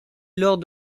lors